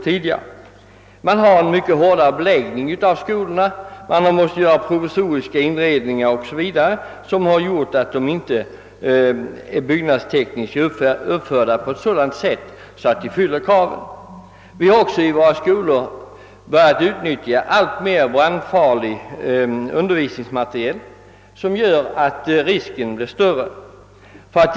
Beläggningen är alltså mycket kraftigare nu än tidigare, provisoriska inredningar har måst göras, o.s.v. Många äldre skolor uppfyller dessutom inte de byggnadstekniska krav som numera ställs på sådana lokaler. Vi har även i våra skolor alltmer börjat använda brandfarlig undervisningsmateriel, = vilket = givetvis medför större risker.